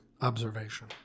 observation